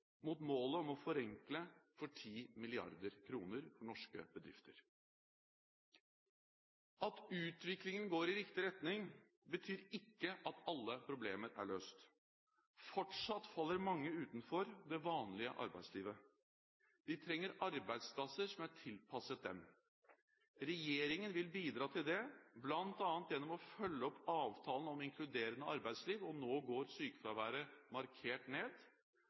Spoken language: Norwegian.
mot målet om å forenkle for 10 mrd. kr for norske bedrifter. At utviklingen går i riktig retning, betyr ikke at alle problemer er løst. Fortsatt faller mange utenfor det vanlige arbeidslivet. Vi trenger arbeidsplasser som er tilpasset dem. Regjeringen vil bidra til det, bl.a. gjennom å følge opp avtalen om inkluderende arbeidsliv, og nå går sykefraværet markert ned.